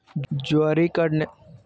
ज्वारी काढण्यासाठी कोणते मशीन वापरावे?